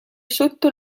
sotto